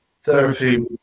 therapy